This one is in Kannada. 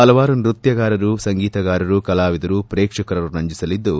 ಹಲವಾರು ನೃತ್ಯಗಾರರು ಸಂಗೀತಗಾರರು ಕಲಾವಿದರು ಪ್ರೇಕ್ಷಕರನ್ನು ರಂಜಿಸಲಿದ್ದು